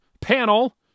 panel